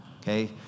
okay